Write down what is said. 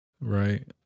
Right